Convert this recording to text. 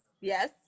Yes